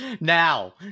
now